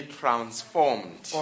transformed